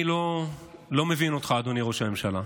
אני לא מבין אותך, אדוני ראש הממשלה,